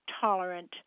tolerant